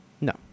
No